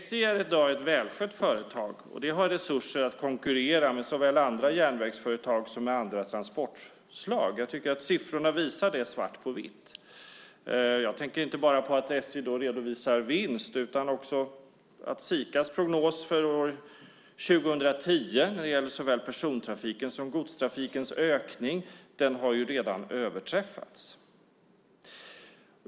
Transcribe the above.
SJ är i dag ett välskött företag, och det har resurser att konkurrera med såväl andra järnvägsföretag som andra transportslag. Jag tycker att siffrorna visar det svart på vitt. Jag tänker inte bara på att SJ redovisar vinst utan också på att Sikas prognos för år 2010 när det gäller såväl persontrafikens som godstrafikens ökning redan har överträffats.